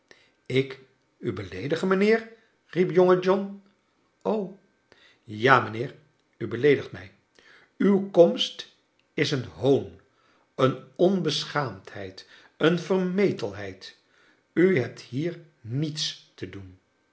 ik u beleedigen mijnheer riep jonge john ja mijnheer u beleedigt mij uw komst is een noon een onbeschaamdheid een vermetelheid u hebt hier niets te doen